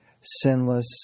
sinless